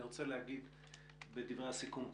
אני מבקש להגיד בדברי הסיכום כך.